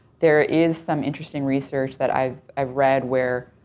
there is some interesting research that i've i've read where,